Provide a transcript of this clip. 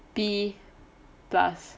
B plus